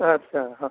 ᱟᱪᱪᱷᱟ